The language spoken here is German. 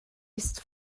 ist